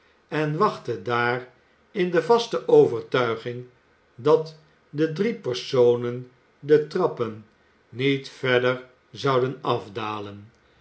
en wachtte daar in de vaste overtuiging dat de drie personen de trappen niet verder zouden afdalen